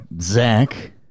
Zach